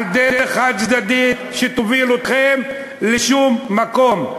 על דרך חד-צדדית שתוביל אתכם לשום מקום.